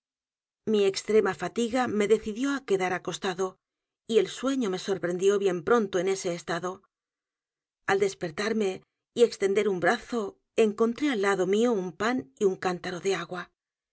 mi extrema fatiga m e decidió á quedar acostado y el sueño me sorprendió bien pronto en ese estado al despertarme y extender un brazo encontré al lado mío un pan y un cántaro de agua